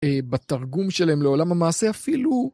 בתרגום שלהם לעולם המעשה אפילו